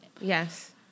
Yes